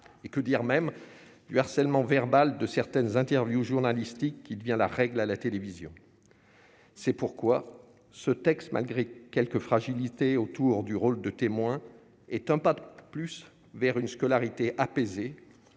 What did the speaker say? et que dire même du harcèlement verbal de certaines interviews, journalistique qui devient la règle à la télévision, c'est pourquoi ce texte malgré quelques fragilités autour du rôle de témoin est un pas de plus vers une scolarité apaisée,